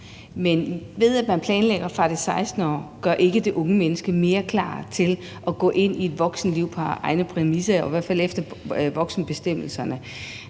Men at man planlægger fra det 16. år, gør ikke det unge menneske mere klar til at gå ind i et voksenliv på egne præmisser, i hvert fald efter voksenbestemmelserne.